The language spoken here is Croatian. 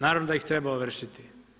Naravno da ih treba ovršiti.